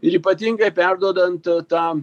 ir ypatingai perduodant tą